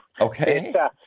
okay